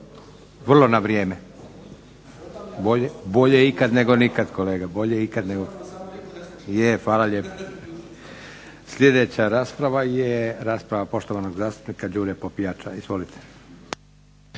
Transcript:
Vrlo na vrijeme. Bolje ikad nego nikad kolega. … /Upadica se ne razumije./… Je, hvala lijepa. Sljedeća rasprava je rasprava poštovanog zastupnika Đure Popijača. Izvolite.